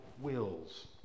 wills